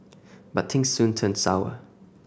but things soon turned sour